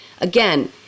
again